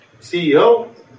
CEO